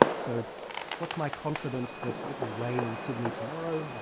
so what's my confidence that it will rain in sydney tomorrow?